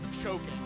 choking